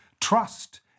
Trust